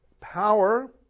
power